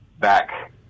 back